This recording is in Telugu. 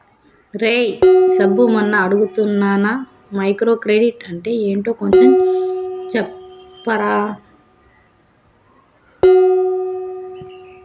రేయ్ సబ్బు మొన్న అడుగుతున్నానా మైక్రో క్రెడిట్ అంటే ఏంటో కొంచెం చెప్పరా